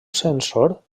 censor